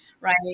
right